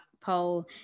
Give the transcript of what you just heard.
poll